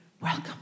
welcome